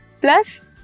plus